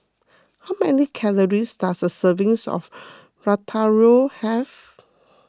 how many calories does a servings of Ratatouille have